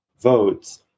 votes